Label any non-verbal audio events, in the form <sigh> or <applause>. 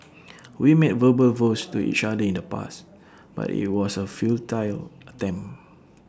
<noise> we made verbal vows to each other in the past but IT was A futile attempt